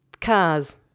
cars